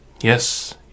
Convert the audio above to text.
yes